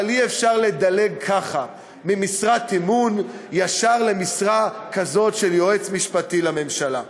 אבל אי-אפשר לדלג ככה ממשרת אמון ישר למשרה כזאת של יועץ משפטי לממשלה.